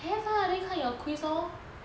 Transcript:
have lah then 看 your quiz lor